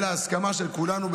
אלא הסכמה של כולנו,